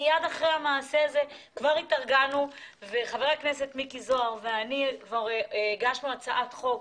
מייד לאחר המעשה חבר הכנסת מיקי זוהר ואני התארגנו וכבר הגשנו הצעת חוק